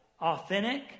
authentic